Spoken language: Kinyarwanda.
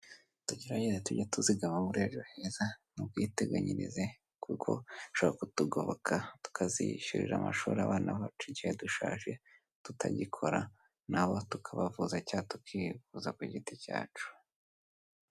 Tugerageze tujye twizigama muri ejo heza n'ubwiteganyirize kuko nshobora kutugoboka tukazishyurira amashuri abana bacu igihe dushaje tutagikora nabo tukabavuza cyangwa tukivuza ku giti cyacu.